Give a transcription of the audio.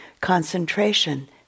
concentration